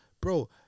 bro